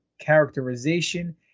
characterization